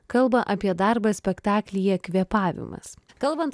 kalba apie darbą spektaklyje kvėpavimas kalbant